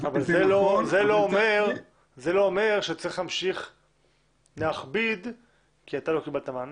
זה לא אומר שצריך להמשיך להכביד כי אתה לא קיבלת מענה.